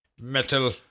Metal